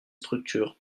structures